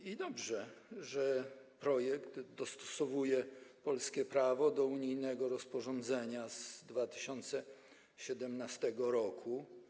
I dobrze, że projekt dostosowuje polskie prawo do unijnego rozporządzenia z 2017 r.